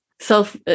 self